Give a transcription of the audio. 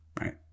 right